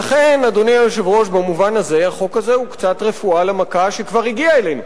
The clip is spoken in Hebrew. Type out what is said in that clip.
לכן במובן הזה החוק הזה הוא קצת תרופה למכה שכבר הגיעה אלינו,